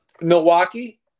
Milwaukee